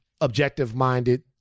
objective-minded